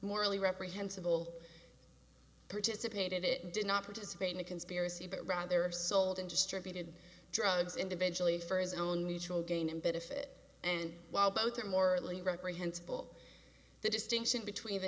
morally reprehensible participated it did not participate in a conspiracy but rather have sold and distributed drugs individually for his own mutual gain and benefit and while both are morally reprehensible the distinction between the